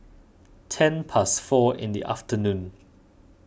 ten past four in the afternoon